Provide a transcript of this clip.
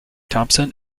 thompson